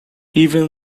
even